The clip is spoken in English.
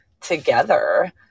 together